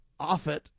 Offit